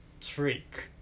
trick